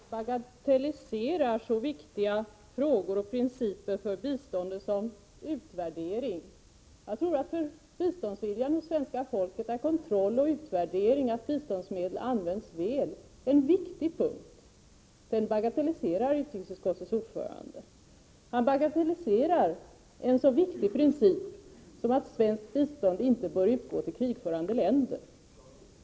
Fru talman! Jag är förvånad över att utrikesutskottets ordförande bagatelliserar så viktiga frågor och principer för biståndet som en utvärdering innebär. Jag tror att för biståndsviljan hos svenska folket är kontroll och utvärdering av att biståndsmedel används väl en viktig punkt. Utrikesutskottets ordförande bagatelliserar också en så viktig princip som att svenskt bistånd inte får utgå till krigförande länder.